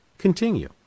continue